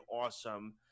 awesome